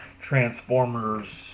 transformers